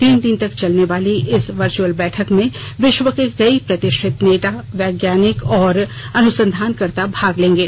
तीन दिन तक चलने वाली इस वर्चुअल बैठक में विश्व के कई प्रतिष्ठित नेता वैज्ञानिक और अनुसंधानकर्ता भाग लेंगे